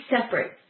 separate